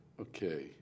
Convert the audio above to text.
Okay